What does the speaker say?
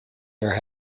your